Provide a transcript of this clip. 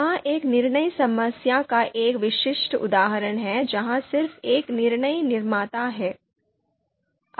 यह एक निर्णय समस्या का एक विशिष्ट उदाहरण है जहां सिर्फ एक निर्णय निर्माता है